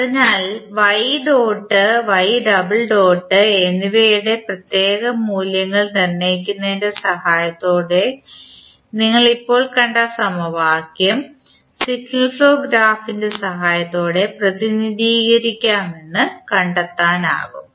അതിനാൽ y dot y double dot എന്നിവയുടെ പ്രത്യേക മൂല്യങ്ങൾ നിർണ്ണയിക്കുന്നതിൻറെ സഹായത്തോടെ നിങ്ങൾ ഇപ്പോൾ കണ്ട സമവാക്യം സിഗ്നൽ ഫ്ലോ ഗ്രാഫിൻറെ സഹായത്തോടെ പ്രതിനിധീകരിക്കാമെന്ന് കണ്ടെത്താനാകും